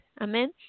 Amen